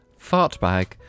fartbag